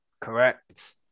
Correct